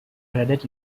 credit